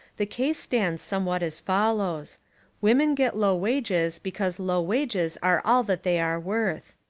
the case stands somewhat as follows women get low wages because low wages are all that they are worth.